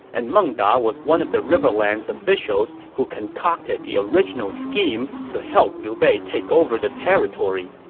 and meng da was one of the riverlands officials who concocted the original scheme to help liu bei take over the territory.